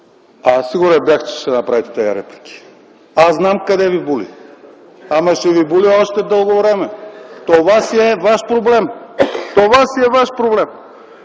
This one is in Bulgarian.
Сигурен бях, че ще направите тези реплики. Знам къде ви боли. Ама ще ви боли още дълго време! Това си е ваш проблем. Това си е ваш проблем!